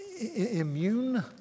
Immune